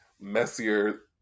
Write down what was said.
messier